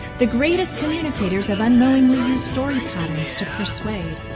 the greatest communicators have unknowingly used story patterns to persuade.